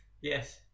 yes